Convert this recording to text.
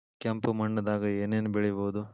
ಕೆಂಪು ಮಣ್ಣದಾಗ ಏನ್ ಏನ್ ಬೆಳಿಬೊದು?